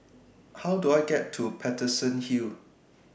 How Do I get to Paterson Hill